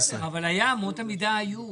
אבל אמות המידה היו.